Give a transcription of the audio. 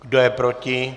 Kdo je proti?